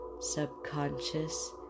subconscious